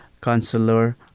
Counselor